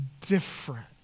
different